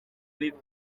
bibi